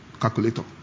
Calculator